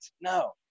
No